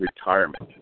retirement